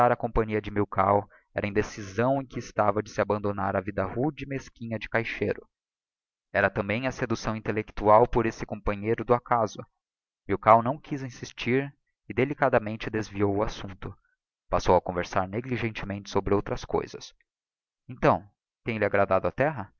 a companhia de milkau era a indecisão em que estava de se abandonar á vida rude e mesquinha de caixeiro era também a seducção intellectual por esse companheiro de acaso milkau não quiz insistir e delicadamente desviou o assumpto passou a conversar negligentemente sobre outras coisas então tem-lhe agradado a terra